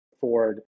Ford